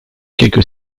quelques